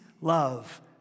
love